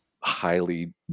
highly